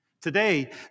Today